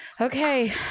Okay